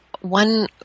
one